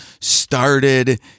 started